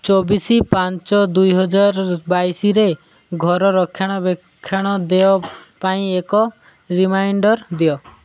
ଚବିଶି ପାଞ୍ଚ ଦୁଇହଜାର ବାଇଶୀରେ ଘର ରକ୍ଷଣାବେକ୍ଷଣ ଦେୟ ପାଇଁ ଏକ ରିମାଇଣ୍ଡର୍ ଦିଅ